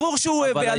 ברור שהוא הלום